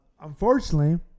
unfortunately